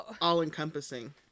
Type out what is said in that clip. all-encompassing